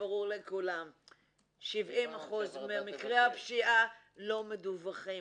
עדיין, 70% ממקרי הפשיעה לא מדוּוחים.